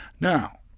Now